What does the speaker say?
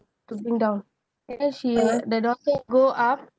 to bring down then she the daughter go up